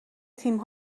تیم